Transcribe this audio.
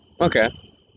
Okay